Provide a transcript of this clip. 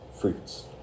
fruits